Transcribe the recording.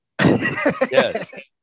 Yes